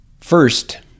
First